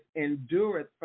endureth